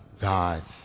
God's